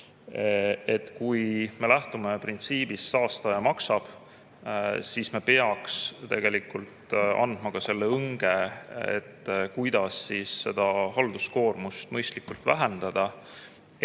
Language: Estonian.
et kui me lähtume printsiibist, et saastaja maksab, siis me peaks tegelikult andma ka selle õnge, kuidas halduskoormust mõistlikult vähendada,